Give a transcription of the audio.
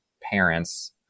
parents